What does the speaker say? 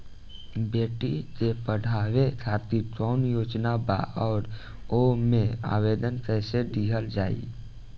बेटी के पढ़ावें खातिर कौन योजना बा और ओ मे आवेदन कैसे दिहल जायी?